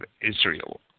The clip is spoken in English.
Israel